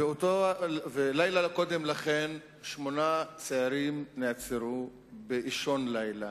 לילה קודם לכן שמונה צעירים נעצרו באישון לילה.